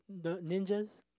ninjas